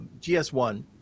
gs1